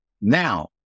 now